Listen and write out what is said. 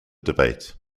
debate